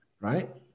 right